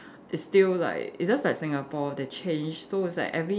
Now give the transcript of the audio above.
it's still like it's just like Singapore the change so it's like every